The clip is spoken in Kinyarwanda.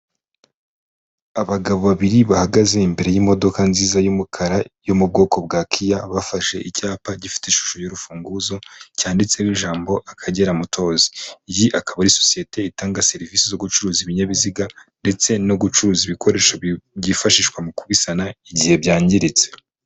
Abagabo babiri bahagaze imbere y'imodoka nziza y'umukara yo mu bwoko bwa kiya bafashe icyapa gifite ishusho y'urufunguzo cyanditseho ijambo Akagera motozi, iyi akaba ari sosiyete itanga serivisi zo gucuruza ibinyabiziga ndetse no gucuruza ibikoresho byifashishwa mu kubisana igihe byangiritse.